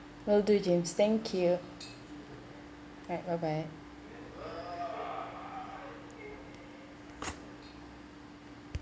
well do james thank you alright bye bye